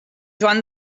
joan